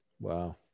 Wow